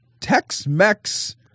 Tex-Mex